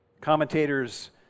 Commentators